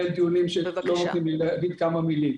דיונים כשלא נותנים לי לומר כמה מילים.